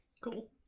Cool